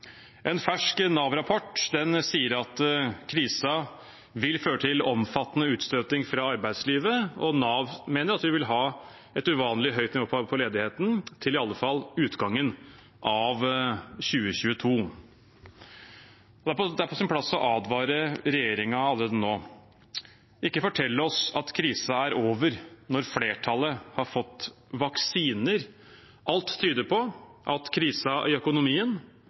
En fersk Nav-rapport sier at krisen vil føre til omfattende utstøting fra arbeidslivet, og Nav mener at vi vil ha et uvanlig høyt nivå på ledigheten til i alle fall utgangen av 2022. Det er på sin plass å advare regjeringen allerede nå: Ikke fortell oss at krisen er over når flertallet har fått vaksiner. Alt tyder på at krisen i økonomien